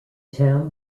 town